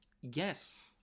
Yes